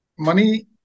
Money